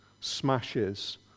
smashes